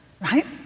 Right